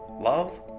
love